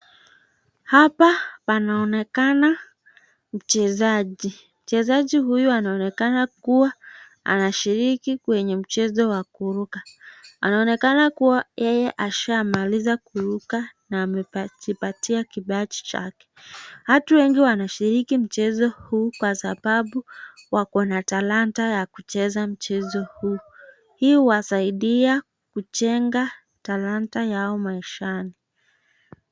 Hapa panaonekana mchezaji. Mchezaji huyu anaonekana kuwa anashiriki kwenye mchezo wa kuruka. Anaonekana kuwa yeye ashamaliza kuruka na amejipatia kipaji chake. Watu wengi wanashiriki mchezo huu kwa sababu wako na talanta ya kucheza mchezo huu. Hii huwasaidia kujenga talanta yao maishani.